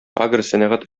агросәнәгать